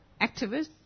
activists